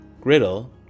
griddle